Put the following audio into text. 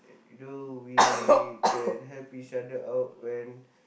either we can help each other out when